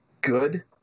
good